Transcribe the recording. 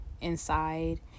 inside